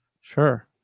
Sure